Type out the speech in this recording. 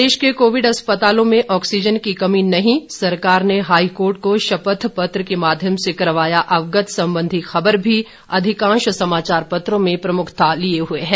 प्रदेश के कोविड अस्पतालों में ऑक्सीजन की कमी नहीं सरकार ने हाईकोर्ट को शपथ पत्र के माध्यम से करवाया अवगत संबंधी खबर भी अधिकांश समाचार पत्रों में प्रमुखता लिए हुए है